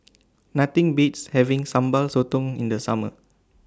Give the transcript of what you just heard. Nothing Beats having Sambal Sotong in The Summer